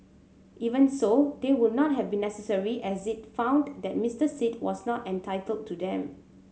even so they would not have been necessary as it found that Mister Sit was not entitled to them